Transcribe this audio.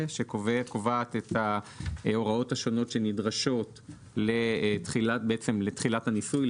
שקובעת את ההוראות השונות שנדרשות לתחילת הניסוי,